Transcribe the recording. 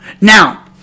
Now